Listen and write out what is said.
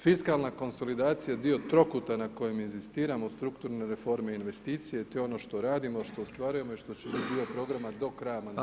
Fiskalna konsolidacija je dio trokuta na kojem inzistiramo u strukturnoj reformi investicije, to je ono što radimo, što ostvarujemo i što će biti dio programa do kraja mandata.